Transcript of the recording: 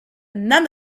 none